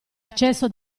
accesso